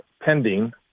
pending